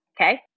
Okay